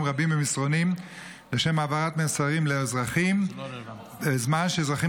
רבים במסרונים לשם העברת מסרים לאזרחים בזמן שאזרחים